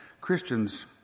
Christians